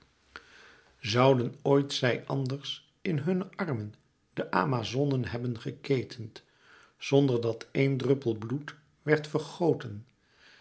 zouden ooit zij anders in hunne armen de amazonen hebben geketend zonder dat eén druppel bloed werd vergoten